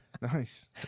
Nice